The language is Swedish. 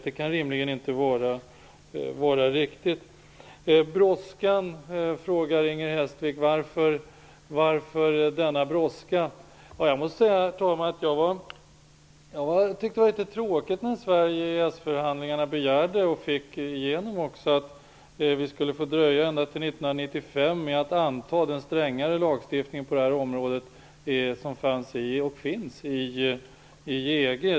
Det kan rimligen inte vara riktigt. Inger Hestvik frågar: Varför denna brådska? Jag tyckte, herr talman, att det var litet tråkigt när Sverige i EES-förhandlingarna begärde och även fick igenom att vi skulle få dröja ända till 1995 med att anta den strängare lagstiftning på detta område som finns i EG.